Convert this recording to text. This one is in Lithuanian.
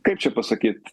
kaip čia pasakyt